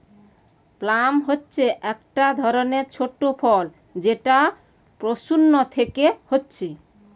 plum হচ্ছে একটা ধরণের ছোট ফল যেটা প্রুনস পেকে হচ্ছে